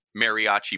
mariachi